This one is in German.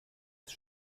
ist